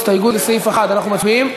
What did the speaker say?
הסתייגות לסעיף 1, אנחנו מצביעים?